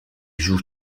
joue